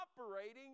operating